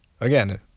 Again